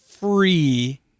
Free